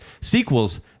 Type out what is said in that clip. Sequels